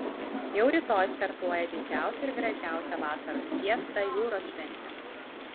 jau rytoj startuoja didžiausia ir gražiausia vasaros fiesta jūros šventė